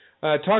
talk